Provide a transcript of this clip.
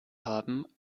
haben